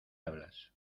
hablas